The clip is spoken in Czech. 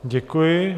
Děkuji.